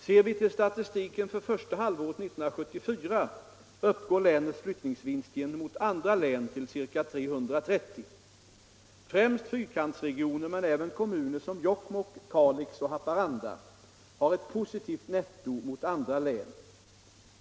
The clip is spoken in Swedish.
Ser vi till statistiken för första halvåret 1974, uppgår länets flyttningsvinst gentemot andra län till ca 330. Främst fyrkantsregionen men även kommuner som Jokkmokk, Kalix och Haparanda har ett positivt netto mot andra län.